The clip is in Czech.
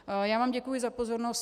Já vám děkuji za pozornost.